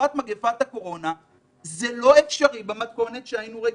בתקופת מגפת הקורונה זה לא אפשרי במתכונת שהיינו רגילים,